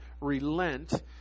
relent